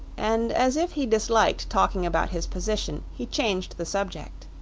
and as if he disliked talking about his position, he changed the subject.